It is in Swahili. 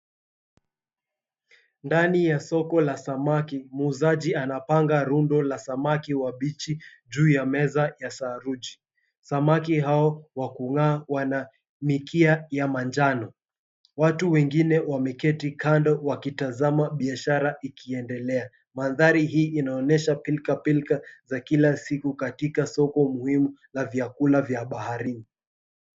Ndani ya soko la samaki, muuzaji anapanga rundo la samaki wabichi juu ya meza ya saruji. Samaki hao wa kung'aa wana mikia ya manjano. Watu wengine wameketi kando wakitazama biashara ikiendelea. Mandhari hii inaonyesha pilka pilka za kila siku katika soko muhimu la vyakula vya baharini.